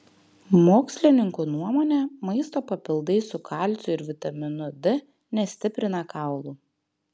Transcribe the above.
mokslininkų nuomone maisto papildai su kalciu ir vitaminu d nestiprina kaulų